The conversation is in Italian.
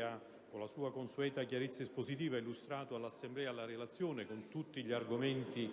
ha, con la sua consueta chiarezza espositiva, illustrato all'Assemblea la relazione, con tutti gli argomenti,